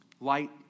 Light